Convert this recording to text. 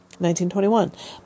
1921